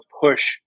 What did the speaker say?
push